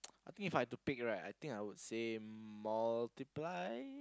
I think If I have to pick right I think I would say multiply